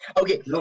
Okay